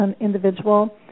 individual